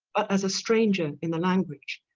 but as a stranger in the language,